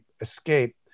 escape